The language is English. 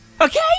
Okay